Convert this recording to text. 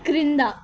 క్రింద